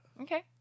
Okay